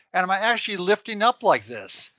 and i'm ah actually lifting up like this.